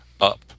up